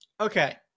Okay